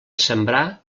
sembrar